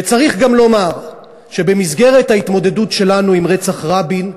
וצריך גם לומר שבמסגרת ההתמודדות שלנו עם רצח רבין,